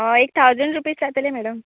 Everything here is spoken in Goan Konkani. हय एक थावजंड रुपीज जातले मॅडम